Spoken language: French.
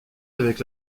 avec